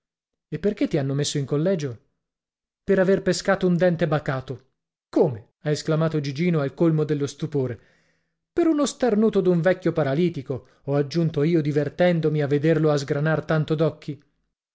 e perché ti hanno messo in collegio per aver pescato un dente bacato come ha esclamato gigino al colmo dello stupore per uno starnuto d'un vecchio paralitico ho aggiunto io divertendomi a vederlo a sgranar tanto